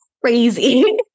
crazy